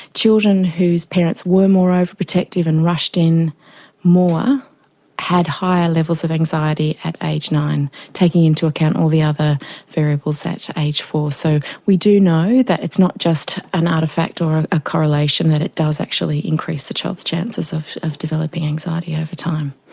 children whose parents were more overprotective and rushed in more had higher levels of anxiety at age nine, taking into account all the other variables at aged four. so we do know that it's not just an artefact or a correlation, that it does actually increase the child's chances of of developing anxiety over time.